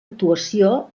actuació